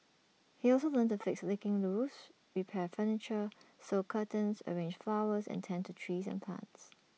he also learnt to fix leaking roofs repair furniture sew curtains arrange flowers and tend to trees and plants